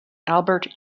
albert